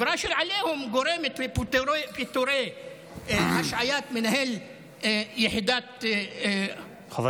האווירה של העליהום גורמת להשעיית מנהל יחידת חירום,